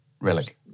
relic